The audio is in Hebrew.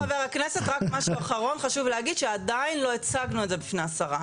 חשוב להגיד שעדיין לא הצגנו את זה בפני השרה.